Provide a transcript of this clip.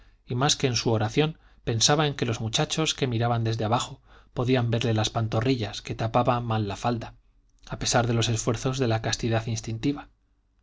y más que en su oración pensaba en que los muchachos que miraban desde abajo podían verla las pantorrillas que tapaba mal la falda a pesar de los esfuerzos de la castidad instintiva